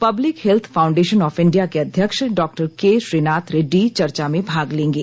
public health foundation of India के अध्यक्ष doctor K Srinath Reddy चर्चा में भाग लेंगे